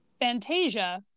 Fantasia